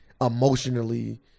Emotionally